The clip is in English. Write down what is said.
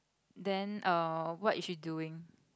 then err what is she doing